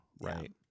Right